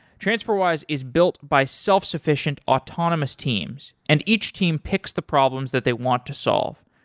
transferwise is built by self-sufficient autonomous teams and each team picks the problems that they want to solve.